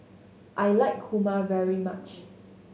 I like kurma very much